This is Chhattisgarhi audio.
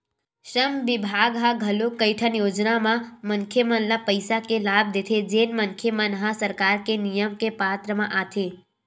श्रम बिभाग ह घलोक कइठन योजना म मनखे मन ल पइसा के लाभ देथे जेन मनखे मन ह सरकार के नियम के पात्र म आथे